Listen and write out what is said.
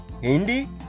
Hindi